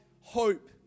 hope